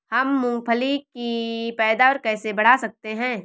हम मूंगफली की पैदावार कैसे बढ़ा सकते हैं?